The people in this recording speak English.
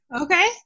Okay